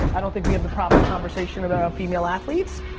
i don't think we have the proper conversation about female athletes,